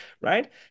right